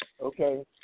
Okay